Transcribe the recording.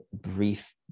brief